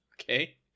Okay